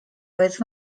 vez